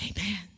Amen